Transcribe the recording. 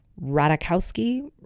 radakowski